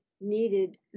needed